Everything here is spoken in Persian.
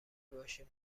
باشیم